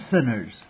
sinners